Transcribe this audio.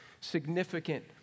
significant